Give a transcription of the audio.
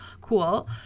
cool